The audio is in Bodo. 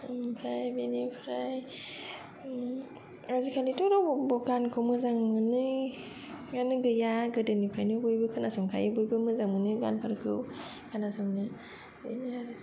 ओमफ्राय बिनिफ्राय आजिखालिथ' रावबो गानखौ मोजां मोनैयानो गैया गोदोनिफ्रायनो बयबो खोनासंखायो बयबो मोजां मोनो गानफोरखौ खोनासंनो बेनो आरो